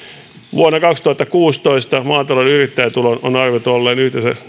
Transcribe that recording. vuonna kaksituhattakuusitoista maatalouden yrittäjätulon on arvioitu olleen yhteensä